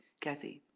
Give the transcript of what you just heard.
Kathy